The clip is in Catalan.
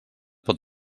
pot